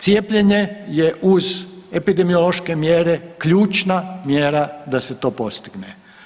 Cijepljenje je uz epidemiološke mjere ključna mjera da se to postigne.